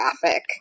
graphic